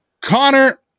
Connor